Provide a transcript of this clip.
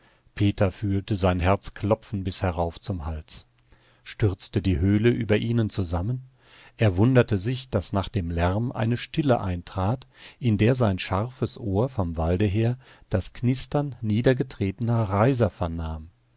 peter fühlte sein herz klopfen bis herauf zum hals stürzte die höhle über ihnen zusammen er wunderte sich daß nach dem lärm eine stille eintrat in der sein scharfes ohr vom walde her das knistern niedergetretener reiser vernahm